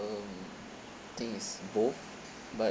think it's both but